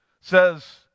says